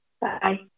Bye